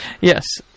yes